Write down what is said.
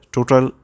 Total